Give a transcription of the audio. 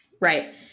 right